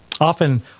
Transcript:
often